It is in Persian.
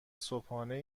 صبحانه